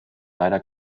leider